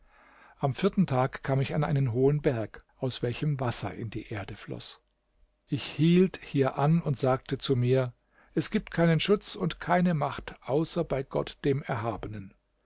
am vierten tage kam ich an einen hohen berg aus welchem wasser in die erde floß ich hielt hier an und sagte zu mir es gibt keinen schutz und keine macht außer bei gott dem erhabenen